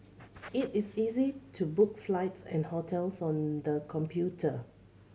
it is easy to book flights and hotels on the computer